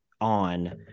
on